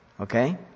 Okay